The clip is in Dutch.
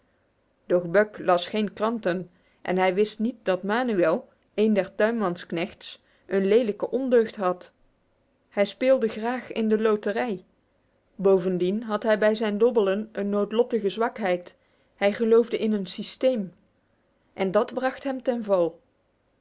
doch buck las geen kranten en hij wist niet dat manuel een der tuinmansknechts een lelijke ondeugd had hij speelde graag in de loterij bovendien had hij bij zijn dobbelen een noodlottige zwakheid hij geloofde in een systeem en dat bracht hem ten